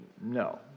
No